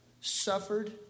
suffered